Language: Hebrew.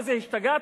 מה זה, השתגעתם?